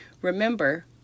Remember